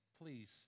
please